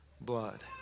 blood